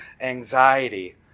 anxiety